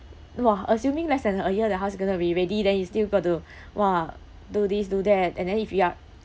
!wah! assuming less than a year the house going be ready then you still got to !wah! do this do that and then if you're